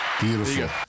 Beautiful